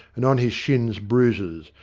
and on his shins bruises,